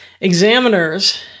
Examiners